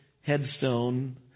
headstone